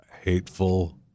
hateful